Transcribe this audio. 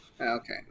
Okay